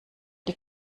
die